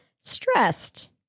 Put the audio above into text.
stressed